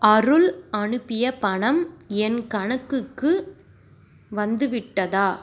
அருள் அனுப்பிய பணம் என் கணக்குக்கு வந்துவிட்டதா